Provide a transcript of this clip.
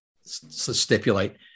stipulate